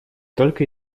только